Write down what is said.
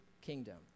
kingdom